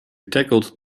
tackled